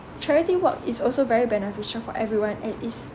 charity work is also very beneficial for everyone and is